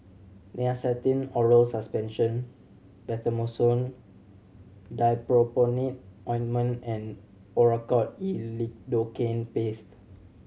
Nystatin Oral Suspension Betamethasone Dipropionate Ointment and Oracort E Lidocaine Paste